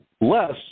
less